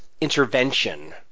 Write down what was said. intervention